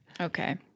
okay